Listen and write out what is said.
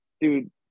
dude